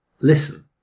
Listen